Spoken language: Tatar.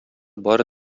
бары